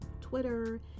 Twitter